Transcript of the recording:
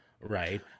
right